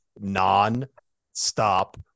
non-stop